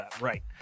right